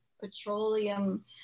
petroleum